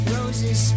Roses